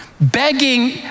begging